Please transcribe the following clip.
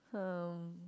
um